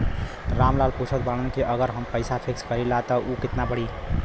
राम लाल पूछत बड़न की अगर हम पैसा फिक्स करीला त ऊ कितना बड़ी?